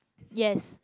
yes